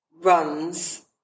runs